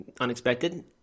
unexpected